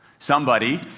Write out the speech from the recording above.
somebody,